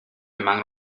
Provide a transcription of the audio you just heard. among